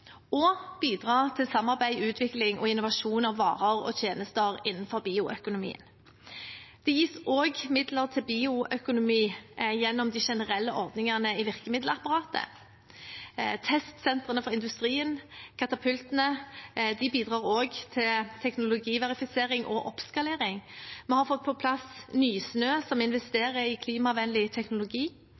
og til samarbeid, utvikling og innovasjon når det gjelder varer og tjenester innenfor bioøkonomien. Det gis også midler til bioøkonomi gjennom de generelle ordningene i virkemiddelapparatet. Testsentrene for industrien, katapultene, bidrar også til teknologiverifisering og oppskalering. Vi har fått på plass Nysnø, som investerer i klimavennlig teknologi.